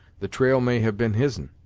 the trail may have been his'n.